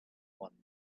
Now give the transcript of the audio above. one